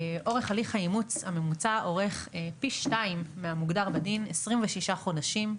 אורך הליך האימוץ הממוצע אורך פי שניים מהמוגדר בדין 26 חודשים,